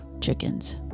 chickens